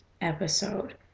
episode